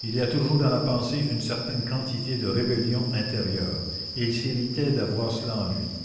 il y a toujours dans la pensée une certaine quantité de rébellion intérieure et il s'irritait d'avoir cela en lui